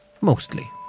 Mostly